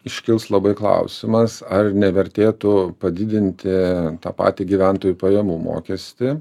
iškils labai klausimas ar nevertėtų padidinti tą patį gyventojų pajamų mokestį